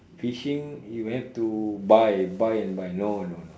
fishing you have to buy buy and buy no no no